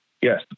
Yes